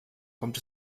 kommt